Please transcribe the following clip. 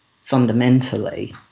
fundamentally